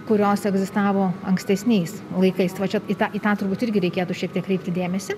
kurios egzistavo ankstesniais laikais tai va čia į tą į tą turbūt irgi reikėtų šiek tiek kreipti dėmesį